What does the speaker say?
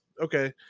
okay